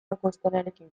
ekoizpenarekin